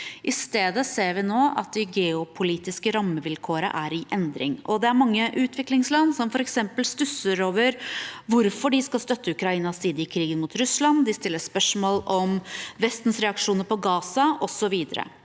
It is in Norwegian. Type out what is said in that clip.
I stedet ser vi nå at de geopolitiske rammevilkårene er i endring. Det er mange utviklingsland som f.eks. stusser over hvorfor de skal støtte Ukrainas side i krigen mot Russland, de stiller spørsmål om Vestens reaksjoner på Gaza osv.